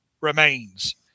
remains